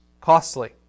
costly